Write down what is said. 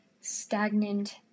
stagnant